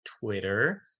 Twitter